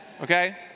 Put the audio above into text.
okay